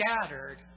scattered